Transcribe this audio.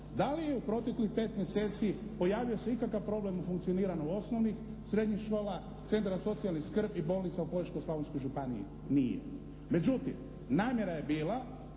Da li je u proteklih pet mjeseci pojavio se ikakav problem u funkcioniranju osnovnih, srednjih škola, centra za socijalnu skrb i bolnica u Požeško-slavonskoj županiji? Nije. Međutim, namjera je bila